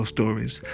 Stories